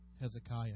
Hezekiah